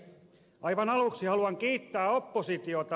aivan aluksi haluan kiittää oppositiota